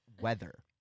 weather